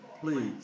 please